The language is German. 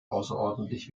außerordentlich